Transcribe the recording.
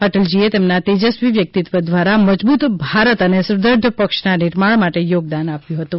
અટલજીએ તેમના તેજસ્વી વ્યક્તિત્વ દ્વારા મજબૂત ભારત અને સુદ્રઢ પક્ષના નિર્માણ માટે યોગદાન આપ્યું હતું